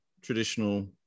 traditional